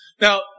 Now